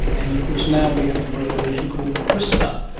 and of course now we have the revolution called crispr,